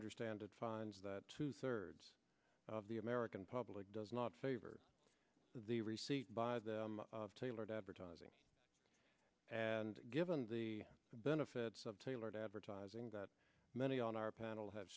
understand it finds that two thirds of the american public does not favor the receipt by them of tailored advertising as and given the benefits of tailored advertising that many on our panel have